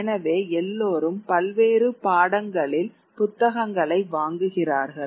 எனவே எல்லோரும் பல்வேறு பாடங்களில் வாங்குகிறார்கள்